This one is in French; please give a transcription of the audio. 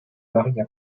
maria